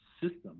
system